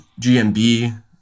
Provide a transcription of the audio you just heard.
GMB